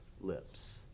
lips